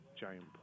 giant